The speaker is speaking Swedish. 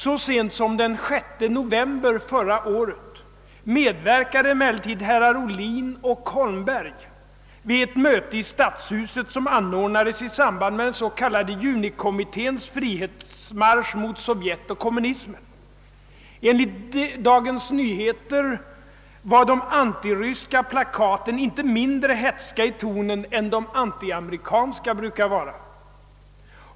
Så sent som den 6 november förra året medverkade emellertid herrar Ohlin och Holmberg vid ett möte i Stadshuset som anordnades i samband med den s.k. junikommitténs frihetsmarsch mot Sovjet och kommunismen. Enligt Dagens Nyheter var de antiryska plakaten inte mindre hätska i tonen än de antiamerikanska brukar vara.